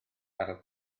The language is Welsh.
caryl